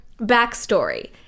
backstory